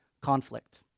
conflict